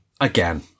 again